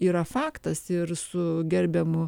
yra faktas ir su gerbiamu